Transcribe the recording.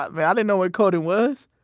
but man, i didn't know what coding was.